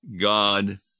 God